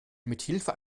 mithilfe